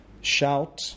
shout